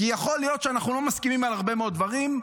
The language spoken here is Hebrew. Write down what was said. כי יכול להיות שאנחנו לא מסכימים על הרבה מאוד דברים,